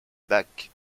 bacs